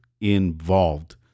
involved